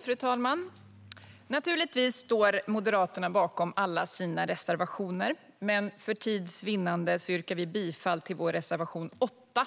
Fru talman! Naturligtvis står Moderaterna bakom alla sina reservationer, men för tids vinnande yrkar jag bifall endast till vår reservation 8.